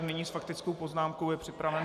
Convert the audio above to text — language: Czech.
Nyní s faktickou poznámkou je připraven